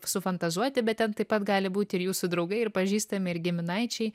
sufantazuoti bet ten taip pat gali būti ir jūsų draugai ir pažįstami ir giminaičiai